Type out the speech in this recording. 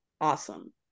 awesome